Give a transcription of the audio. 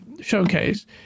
showcase